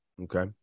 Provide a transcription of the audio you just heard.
Okay